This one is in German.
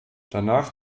danach